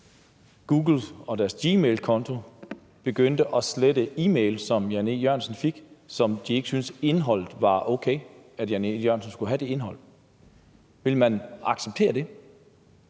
Google og deres Gmailkonto begyndte at slette e-mails, som Jan E. Jørgensen fik, og hvor de ikke syntes, indholdet var okay – altså at hr. Jan E. Jørgensen ikke skulle have noget med det indhold? Ville man acceptere det?